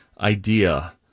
idea